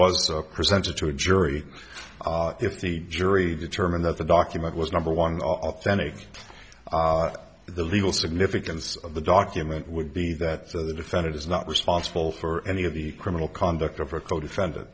was presented to a jury if the jury determined that the document was number one authentic the legal significance of the document would be that so the defendant is not responsible for any of the criminal conduct of a codefend